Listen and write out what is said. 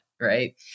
Right